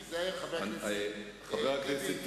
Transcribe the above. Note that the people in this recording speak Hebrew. תיזהר, חבר הכנסת טיבי.